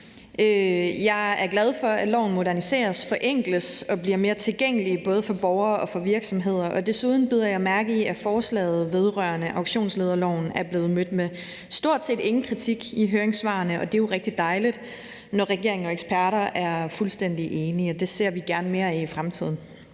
Jeg er glad for, at loven moderniseres, forenkles og bliver mere tilgængelig både for borgere og for virksomheder. Desuden bider jeg mærke i, at forslaget vedrørende auktionslederloven er blevet mødt med stort set ingen kritik i høringssvarene, og det er jo rigtig dejligt, når regeringen og eksperter er fuldstændig enige. Det ser vi gerne mere af i fremtiden.